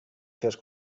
fes